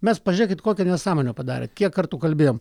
mes pažiūrėkit kokią nesąmonę padarė kiek kartų kalbėjom